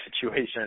situation